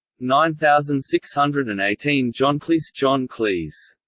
nine thousand six hundred and eighteen johncleese johncleese